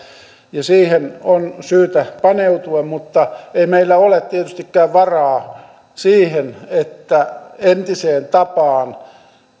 ja siihen on syytä paneutua mutta ei meillä ole tietystikään varaa siihen että entiseen tapaan